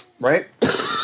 Right